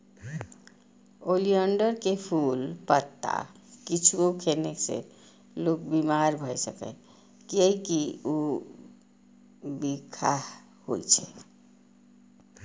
oleander के फूल, पत्ता किछुओ खेने से लोक बीमार भए सकैए, कियैकि ऊ बिखाह होइ छै